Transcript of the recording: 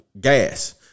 gas